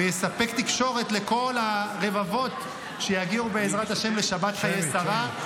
ויספק תקשורת לכל הרבבות שיגיעו בעזרת השם לשבת חיי שרה.